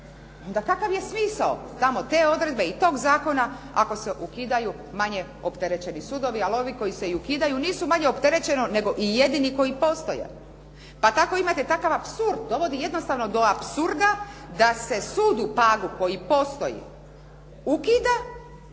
Onda kakav je smisao te odredbe i tog zakona ako se ukidaju manje opterećeni sudovi, ali ovi koji se i ukidaju nisu manje opterećeni nego i jedini koji postoje. Pa tako imate takav apsurd, dovodi jednostavno do apsurda da se sud u Pagu koji postoji ukida,